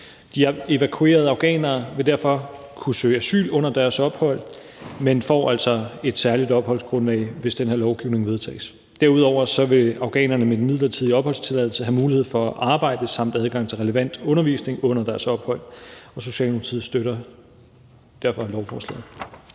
De evakuerede afghanere vil derfor kunne søge asyl under deres ophold, men får altså et særligt opholdsgrundlag, hvis det her lovforslag vedtages. Derudover vil afghanerne med den midlertidige opholdstilladelse have mulighed for at arbejde samt have adgang til relevant undervisning under deres ophold. Socialdemokratiet støtter derfor lovforslaget.